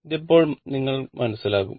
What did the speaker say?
ഇത് ഇപ്പോൾ നിങ്ങൾക്ക് മനസ്സിലാകും